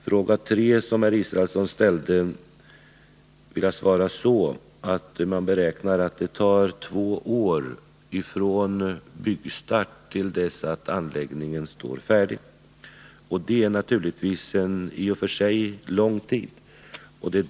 På den tredje frågan som Per Israelsson ställde vill jag svara: Man beräknar att det tar två år från byggstart tills anläggningen står färdig. Det är naturligtvis i och för sig en lång tid.